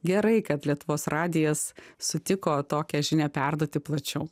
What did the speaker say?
gerai kad lietuvos radijas sutiko tokią žinią perduoti plačiau